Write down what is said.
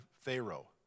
Pharaoh